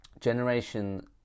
Generation